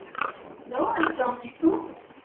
hello اسلام علیکُم